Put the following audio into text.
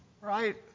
Right